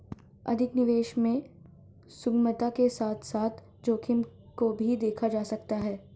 अधिक निवेश में सुगमता के साथ साथ जोखिम को भी देखा जा सकता है